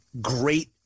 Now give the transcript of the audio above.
great